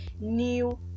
new